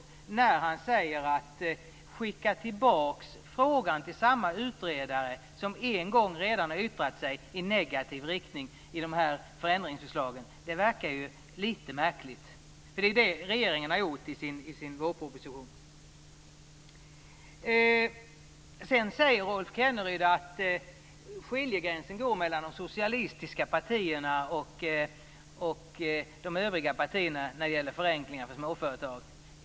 Han säger att det verkar litet märkligt att man skickar tillbaka frågan till samma utredare som en gång redan har yttrat sig i negativ riktning. Det är ju det som regeringen har gjort i sin vårproposition. Rolf Kenneryd säger att skiljegränsen går mellan de socialistiska partierna och de övriga partierna när det gäller förenklingar för småföretag.